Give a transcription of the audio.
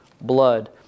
blood